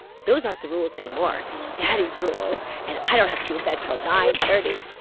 those aren't the rules anymore daddy's rules. and i don't have to be in bed till nine thirty